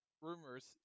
rumors